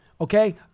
Okay